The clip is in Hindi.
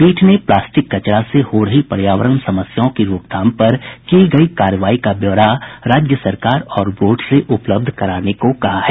पीठ ने प्लास्टिक कचरा से हो रही पर्यावरण समस्याओं की रोकथाम पर की गई कार्रवाई का ब्यौरा राज्य सरकार और बोर्ड से उपलब्ध कराने को कहा है